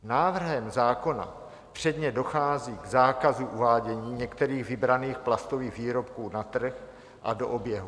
Návrhem zákona předně dochází k zákazu uvádění některých vybraných plastových výrobků na trh a do oběhu.